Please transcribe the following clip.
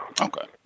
Okay